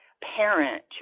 parent